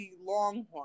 Longhorn